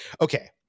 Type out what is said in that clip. Okay